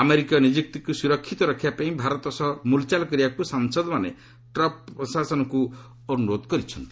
ଆମେରିକୀୟ ନିଯୁକ୍ତିକୁ ସୁରକ୍ଷିତ ରଖିବାପାଇଁ ଭାରତ ସହ ମୁଲଚାଲ କରିବାକୁ ସାଂସଦମାନେ ଟ୍ରମ୍ପ୍ ପ୍ରଶାସନକୁ ଅନୁରୋଧ କରିଛନ୍ତି